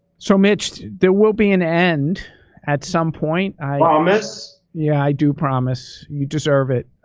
so mitch, there will be an end at some point. i promise? yeah, i do promise. you deserve it.